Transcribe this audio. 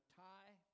tie